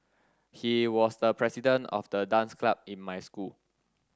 he was the president of the dance club in my school